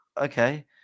okay